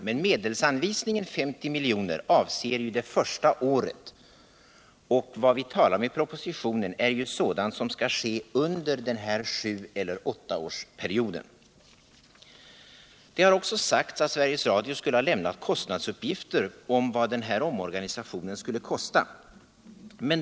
Men medelsanvisningen 50 miljoner avser ju det första året, och vad vi talar om i propositionen är sådant som skall hända under den här sju-åttaårsperioden. Det har sagts att Sveriges Radio skulle ha lämnat kostnadsuppgifter om vad omorganisationen skulle kosta.